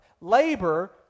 labor